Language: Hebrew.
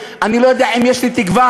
אני לא יודע אם יש לי תקווה,